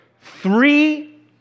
Three